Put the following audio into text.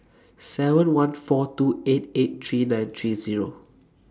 seven one four two eight eight three nine three Zero